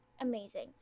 amazing